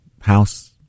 House